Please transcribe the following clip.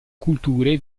culture